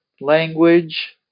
language